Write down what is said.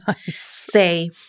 Say